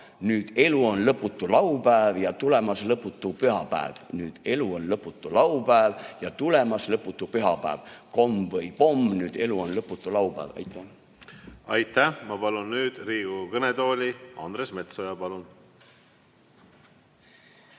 Nüüd elu on lõputu laupäev ja tulemas lõputu pühapäev. Nüüd elu on lõputu laupäev ja tulemas lõputu pühapäev. Komm või pomm? Nüüd elu on lõputu laupäev." Aitäh! Aitäh! Ma palun Riigikogu kõnetooli Andres Metsoja. Palun!